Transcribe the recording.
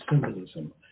symbolism